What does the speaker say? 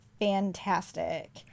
fantastic